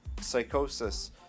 psychosis